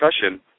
discussion